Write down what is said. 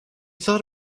thought